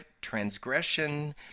Transgression